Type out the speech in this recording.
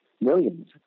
Millions